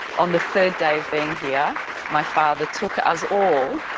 on the third day of being here my father took us all,